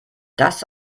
das